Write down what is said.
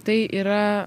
tai yra